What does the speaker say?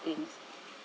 things